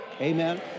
Amen